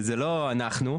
זה לא אנחנו.